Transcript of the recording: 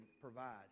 provide